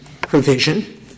provision